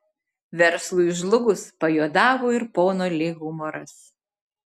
verslui žlugus pajuodavo ir pono li humoras